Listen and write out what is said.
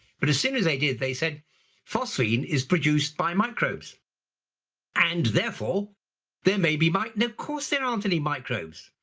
but as soon as they did they said phosphine is produced by microbes and therefore there may be. of you know course there aren't any microbes!